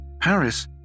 Paris